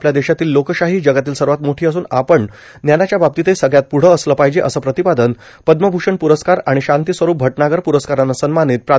आपल्या देशातील लोकशाही ही जगातील सर्वात मोठी असून आपण ज्ञानाच्या बाबतीतही सगळ्यात पुढं असलं पाहिजे असं प्रतिपादन पद्मभूषण पुरस्कार आणि शांतीस्वरूप भटनागर पुरस्कारानं सन्मानित प्रा